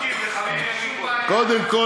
קודם כול,